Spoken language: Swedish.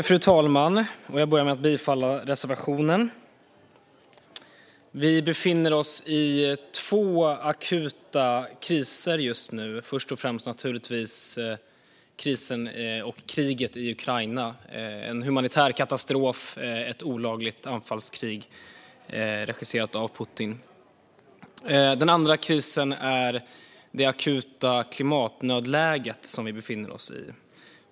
Fru talman! Jag vill börja med att yrka bifall till reservationen. Vi befinner oss i två akuta kriser just nu. Först och främst gäller det naturligtvis krisen och kriget i Ukraina. Det är en humanitär katastrof och ett olagligt anfallskrig regisserat av Putin. Den andra krisen är det akuta klimatnödläget.